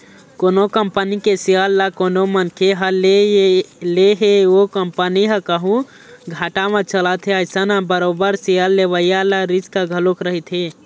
कोनो कंपनी के सेयर ल कोनो मनखे ह ले हे ओ कंपनी ह कहूँ घाटा म चलत हे अइसन म बरोबर सेयर लेवइया ल रिस्क घलोक रहिथे